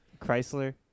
Chrysler